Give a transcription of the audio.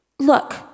Look